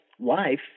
life